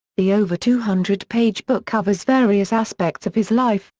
the over two hundred page book covers various aspects of his life,